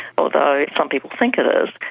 although some people think it is.